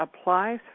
applies